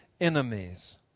enemies